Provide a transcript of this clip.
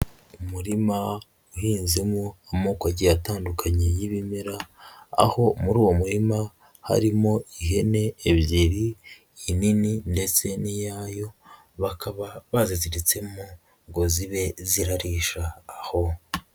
Umurima uhinzemo amoko agiye atandukanye y'ibimera, aho muri uwo murima harimo ihene ebyiri inini ndetse n'iyayo, bakaba baziziritsemo ngo zibe zirarisha aho.